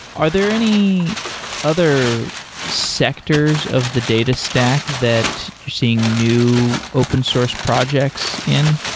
are there any other sectors of the data stack that you're seeing new open source projects in?